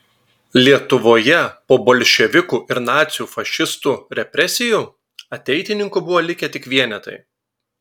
lietuvoje po bolševikų ir nacių fašistų represijų ateitininkų buvo likę tik vienetai